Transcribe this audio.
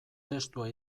testua